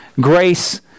grace